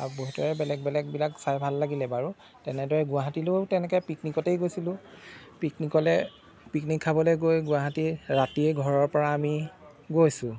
আৰু বহুতৰে বেলেগ বেলেগবিলাক চাই ভাল লাগিলে বাৰু তেনেদৰে গুৱাহাটীলৈয়ো তেনেকৈ পিকনিকতেই গৈছিলোঁ পিকনিকলৈ পিকনিক খাবলৈ গৈ গুৱাহাটীৰ ৰাতিয়ে ঘৰৰপৰা আমি গৈছোঁ